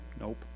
Nope